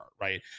right